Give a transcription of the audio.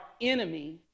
enemy